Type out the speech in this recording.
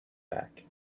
back